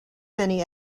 many